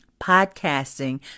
podcasting